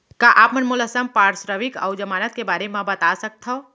का आप मन मोला संपार्श्र्विक अऊ जमानत के बारे म बता सकथव?